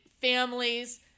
families